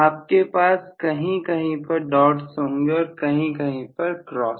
आपके पास कहीं कहीं पर डॉट्स होंगे और कहीं कहीं पर क्रॉस